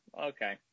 okay